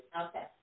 Okay